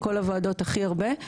בכל הוועדות הכי הרבה.